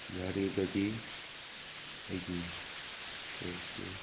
ꯌꯥꯔꯒꯗꯤ ꯑꯩꯒꯤ ꯁꯥꯔꯕꯤꯁꯁꯦ